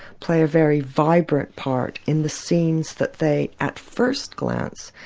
play a very vibrant part in the scenes that they at first glance,